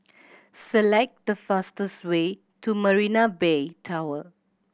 select the fastest way to Marina Bay Tower